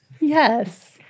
Yes